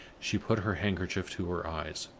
she put her handkerchief to her eyes.